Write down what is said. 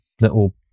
little